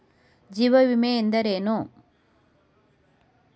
ಜೀವ ವಿಮೆ ಎಂದರೇನು?